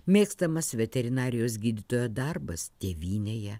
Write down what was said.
mėgstamas veterinarijos gydytojo darbas tėvynėje